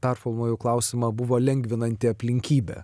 performuluoju klausimą buvo lengvinanti aplinkybė